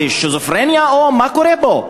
מה, זה סכיזופרניה או מה קורה פה?